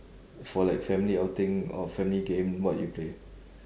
for like family outing or family game what you play